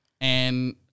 And-